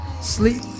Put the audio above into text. sleep